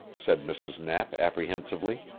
said mrs. knapp apprehensively.